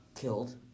killed